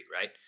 Right